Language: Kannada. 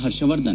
ಹರ್ಷವರ್ಧನ್